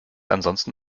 ansonsten